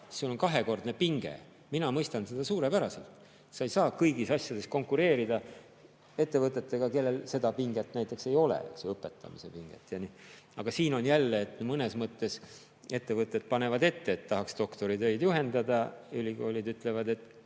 sul on kahekordne pinge. Mina mõistan seda suurepäraselt. Sa ei saa kõigis asjades konkureerida ettevõtetega, kellel seda pinget, seda õpetamise pinget ei ole. Aga siin on jälle nii, et ettevõtted panevad ette, et tahaks doktoritöid juhendada, ent ülikoolid ütlevad, et